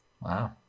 Wow